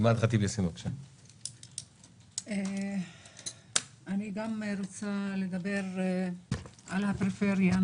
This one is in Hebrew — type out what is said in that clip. אני גם רוצה לדבר על הפריפריה.